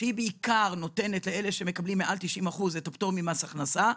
שבעיקר נותנת לאלה שמקבלים מעל 90% את הפטור ממס הכנסה,